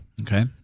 Okay